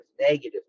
negative